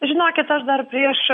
žinokit aš dar prieš